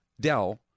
dell